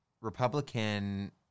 Republican